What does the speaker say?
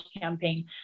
campaign